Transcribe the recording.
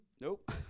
nope